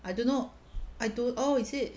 I don't know I do~ oh is it